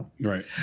Right